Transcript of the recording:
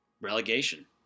Relegation